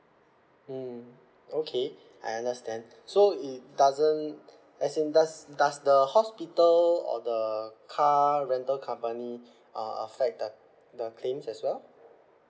mm okay I understand so it doesn't as in does does the hospital or the car rental company uh affect the the claims as well